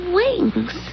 wings